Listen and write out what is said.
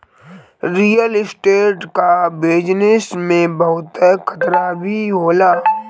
real estate कअ business में बहुते खतरा भी होला